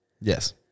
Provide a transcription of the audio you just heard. Yes